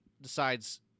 decides